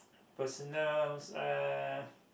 personals uh